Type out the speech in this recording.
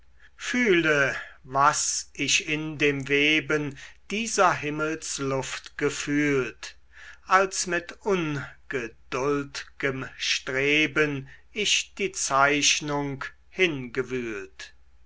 fühle was ich in dem weben dieser himmelsluft gefühlt als mit ungeduld'gem streben ich die zeichnung hingewühlt